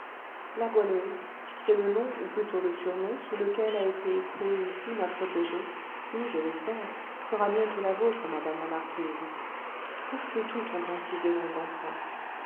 la goualeuse c'est le nom ou plutôt le surnom sous lequel a été écrouée ici ma protégée qui je l'espère sera bientôt la vôtre madame la marquise presque toutes ont ainsi des noms d'emprunt